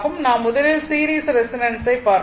நாம் முதலில் சீரிஸ் ரெசோனன்சை பார்ப்போம்